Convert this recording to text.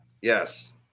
yes